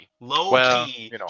Low-key